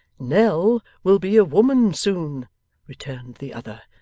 nell will be a woman soon returned the other,